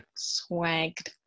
swagged